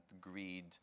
greed